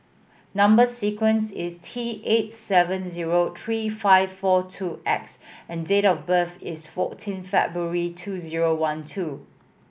number sequence is T eight seven zero three five four two X and date of birth is fourteen February two zero one two